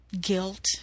guilt